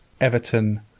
Everton